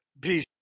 Peace